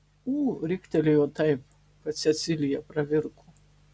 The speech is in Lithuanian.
ū riktelėjo taip kad cecilija pravirko